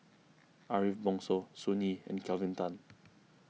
Ariff Bongso Sun Yee and Kelvin Tan